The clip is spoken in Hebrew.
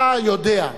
אתה יודע.